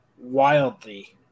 wildly